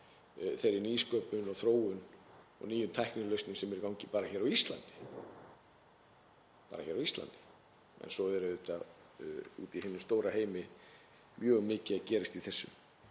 þeirri nýsköpun og þróun og nýjum tæknilausnum sem eru í gangi bara hér á Íslandi. En svo er auðvitað úti í hinum stóra heimi mjög mikið að gerast í þessu.